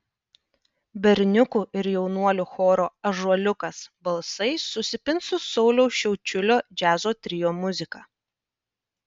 berniukų ir jaunuolių choro ąžuoliukas balsai susipins su sauliaus šiaučiulio džiazo trio muzika